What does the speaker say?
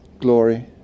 glory